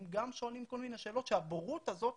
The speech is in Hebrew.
הם גם שואלים כל מיני שאלות שהבורות הזאת